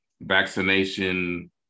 Vaccination